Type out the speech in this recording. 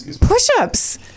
push-ups